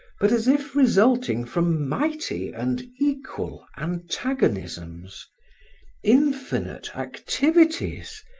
but as if resulting from mighty and equal antagonisms infinite activities,